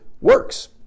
works